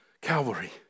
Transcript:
Calvary